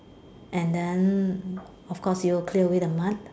and then of course you'll clear away the mud